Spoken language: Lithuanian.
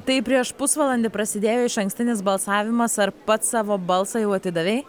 tai prieš pusvalandį prasidėjo išankstinis balsavimas ar pats savo balsą jau atidavei